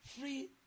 free